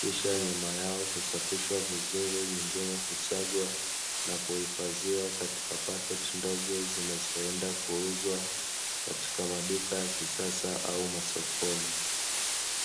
kisha nyama yao husafishwa vizuri, nyingine husagwa na huifadhiwa katika paketi ndogo zinazoenda kuuzwa katika maduka ya kisasa au sokoni.